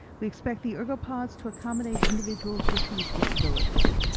we expect the ergopods to accommodate individuals with these disabilities.